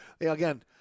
again –